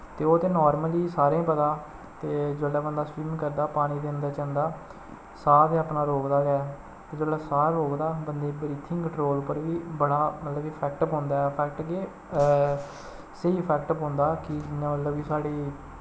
तो ओह् ते नार्मल ई सारे गी पता ऐ ते जेल्लै बंदा स्विमिंग करदा पानी दे अन्दर जंदा साह् ते अपना रोकदा गै जेल्लै साह् रोकदा बंदे गी ब्रीथिंग कंट्रोल उप्पर बी बड़ा मतलब कि इफैक्ट पौंदा ऐ इंफैक्ट केह् स्हेई इफैक्ट पौंदा कि जियां मतलब कि साढ़ी